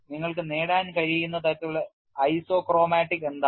നിങ്ങൾക്ക് നേടാൻ കഴിയുന്ന തരത്തിലുള്ള ഐസോക്രോമാറ്റിക്സ് എന്താണ്